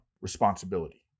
responsibility